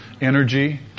energy